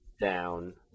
down